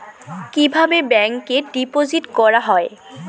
কিভাবে ব্যাংকে ডিপোজিট করা হয়?